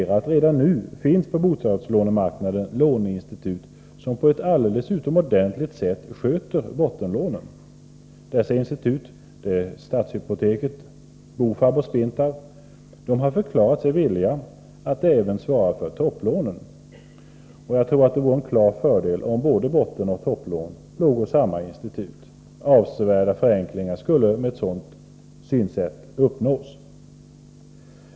Redan nu finns på bostadslånemarknaden låneinstitut, som på ett alldeles utmärkt sätt sköter bottenlånen. Dessa institut — Stadshypoteket, BOFAB och Spintab — har förklarat sig villiga att även svara för topplånen. Det vore en klar fördel om både bottenoch topplån låg hos samma institut. Avsevärda förenklingar skulle med ett sådant system uppnås.